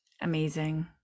Amazing